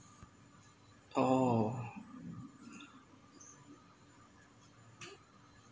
oh